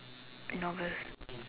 a novice